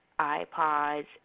iPods